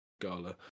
gala